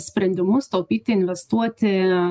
sprendimus taupyti investuoti